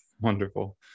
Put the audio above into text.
wonderful